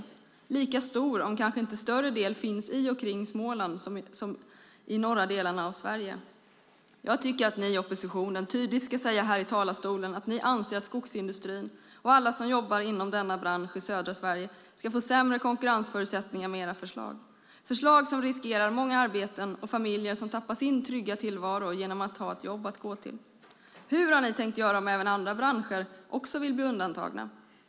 En lika stor om kanske inte större del finns i och kring Småland som i norra delarna av Sverige. Jag tycker att ni i oppositionen tydligt ska säga här i talarstolen att ni anser att skogsindustrin och alla som jobbar inom denna bransch i södra Sverige med era förslag ska få sämre konkurrensförutsättningar. Det är förslag som riskerar många arbeten och låter familjer tappa sin trygga tillvaro genom att de inte har ett jobb att gå till. Hur har ni tänkt göra om även andra branscher vill bli undantagna?